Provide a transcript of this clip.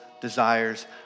desires